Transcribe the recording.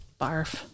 Barf